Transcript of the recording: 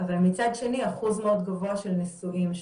אבל מצד שני אחוז מאוד גבוה של נשואים,